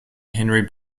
henry